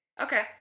Okay